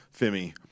Femi